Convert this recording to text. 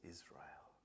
Israel